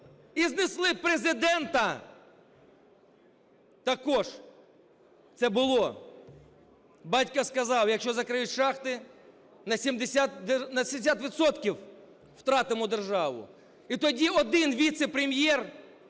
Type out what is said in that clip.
і знесли Президента, також це було. Батько сказав: "Якщо закриють шахти, на 70 відсотків втратимо державу". І тоді один віце-прем'єр